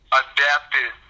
adapted